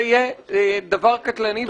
זה יהיה דבר קטלני.